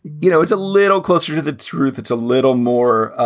you know, it's a little closer to the truth. it's a little more,